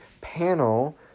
panel